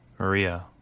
Maria